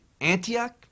Antioch